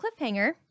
cliffhanger